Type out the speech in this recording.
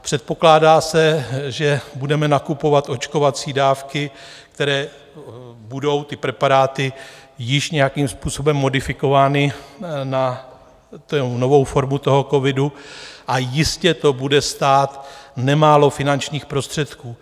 Předpokládá se, že budeme nakupovat očkovací dávky, které budou ty preparáty již nějakým způsobem modifikovány na novou formu toho covidu a jistě to bude stát nemálo finančních prostředků.